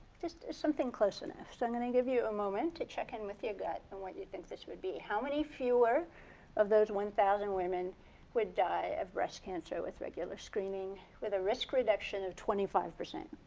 just something close enough. so and and i'll give you a moment to check in with your gut and what you think this would be. how many fewer of those one thousand women would die of breast cancer with regular screening, with a risk reduction of twenty five?